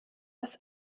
das